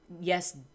yes